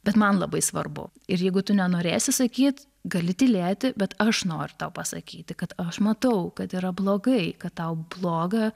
bet man labai svarbu ir jeigu tu nenorėsi sakyt gali tylėti bet aš noriu tau pasakyti kad aš matau kad yra blogai kad tau bloga